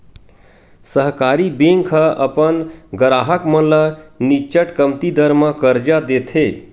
सहकारी बेंक ह अपन गराहक मन ल निच्चट कमती दर म करजा देथे